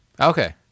Okay